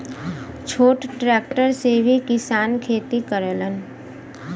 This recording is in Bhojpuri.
छोट ट्रेक्टर से भी किसान खेती करलन